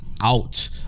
out